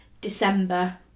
December